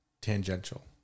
tangential